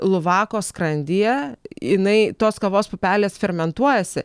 luvako skrandyje jinai tos kavos pupelės fermentuojasi